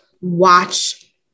watch